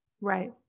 Right